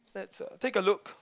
let's uh take a look